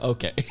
Okay